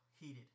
heated